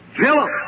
Philip